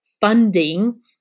funding